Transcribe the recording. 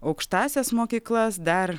aukštąsias mokyklas dar